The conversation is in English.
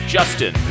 Justin